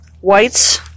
whites